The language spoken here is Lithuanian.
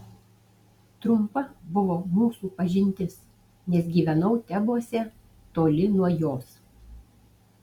trumpa buvo mūsų pažintis nes gyvenau tebuose toli nuo jos